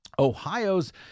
Ohio's